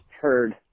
heard